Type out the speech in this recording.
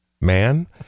man